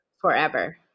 forever